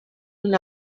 una